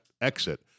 exit